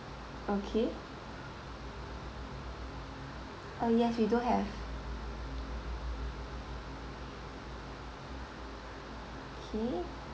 okay uh yes we do have okay